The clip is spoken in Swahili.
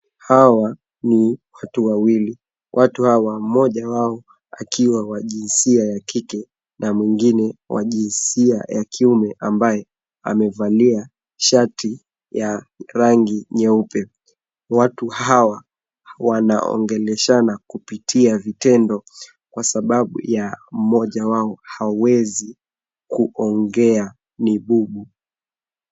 Hawa ni watu wawili. Watu hawa mmoja wao akiwa wa jinsia ya kike na mwingine wa jinsia ya kiume ambaye amevalia shati ya rangi nyeupe. Watu hawa wanaongeleshana kupitia vitendo kwa sababu ya mmoja wao hawezi kuongea ni bubu.